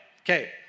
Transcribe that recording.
Okay